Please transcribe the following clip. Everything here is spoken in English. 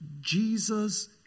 Jesus